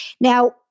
Now